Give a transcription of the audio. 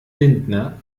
lindner